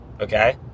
okay